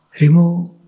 remove